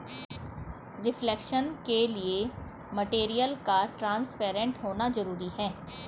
reflection के लिए material का ट्रांसपेरेंट होना जरूरी है